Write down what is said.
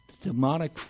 demonic